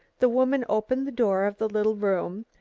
the woman opened the door of the little room,